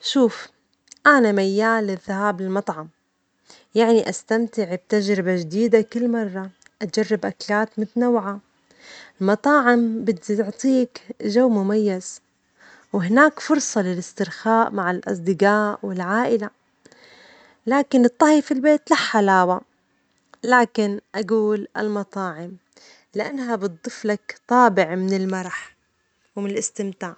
شوف، أنا ميال للذهاب للمطعم، يعني أستمتع بتجربة جديدة كل مرة، أجرب أكلات متنوعة، المطاعم بتعطيك جو مميز، وهناك فرصة للاسترخاء مع الأصدجاء والعائلة، لكن الطهي في البيت له حلاوة، لكن أجول المطاعم لأنها بتضيف لك طابع من المرح ومن الاستمتاع.